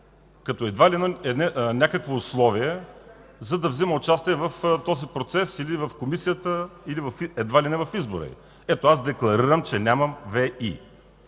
като едва ли не някакво условие, за да вземе участие в този процес или в Комисията, или едва ли не в избора й. Ето, аз декларирам, че нямам ВЕИ.